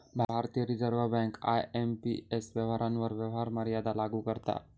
भारतीय Reserve Bank IMPS व्यवहारांवर व्यवहार मर्यादा लागू करता